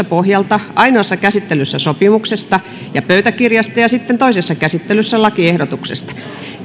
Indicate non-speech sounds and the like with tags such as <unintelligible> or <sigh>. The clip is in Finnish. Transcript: <unintelligible> pohjalta ainoassa käsittelyssä sopimuksesta ja pöytäkirjasta ja sitten toisessa käsittelyssä lakiehdotuksesta